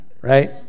right